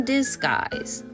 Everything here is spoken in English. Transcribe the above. Disguise